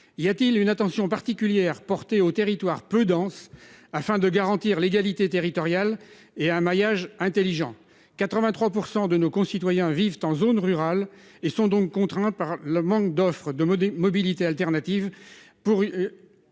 y a-t-il une attention particulière portée aux territoires peu denses afin de garantir l'égalité territoriale et un maillage intelligent, 83% de nos concitoyens vivent en zone rurale et sont donc par le manque d'offre de mode et mobilités alternatives pour.